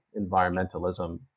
Environmentalism